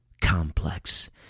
complex